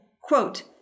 quote